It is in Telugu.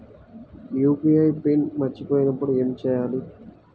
యూ.పీ.ఐ పిన్ మరచిపోయినప్పుడు ఏమి చేయాలి?